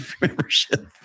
membership